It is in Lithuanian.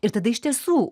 ir tada iš tiesų